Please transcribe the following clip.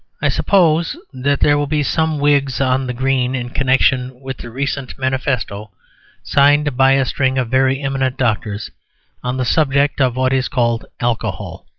i suppose that there will be some wigs on the green in connection with the recent manifesto signed by a string of very eminent doctors on the subject of what is called alcohol.